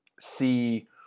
see